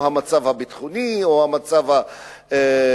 והמצב הביטחוני או המצב החברתי,